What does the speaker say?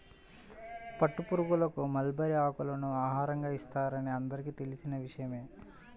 పట్టుపురుగులకు మల్బరీ ఆకులను ఆహారం ఇస్తారని అందరికీ తెలిసిన విషయమే